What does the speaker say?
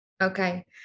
Okay